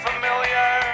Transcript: Familiar